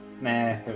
Nah